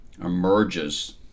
emerges